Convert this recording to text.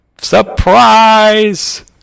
Surprise